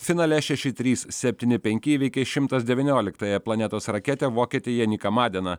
finale šeši trys septyni penki įveikė šimtas devynioliktąją planetos raketę vokietį jeniką madeną